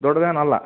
दोड्डदेनल्ल